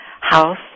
house